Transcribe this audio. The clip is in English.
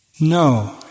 No